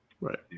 right